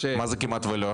מה זה כמעט ולא?